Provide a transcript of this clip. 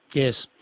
yes.